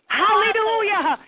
hallelujah